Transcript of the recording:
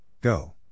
Go